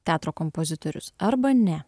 teatro kompozitorius arba ne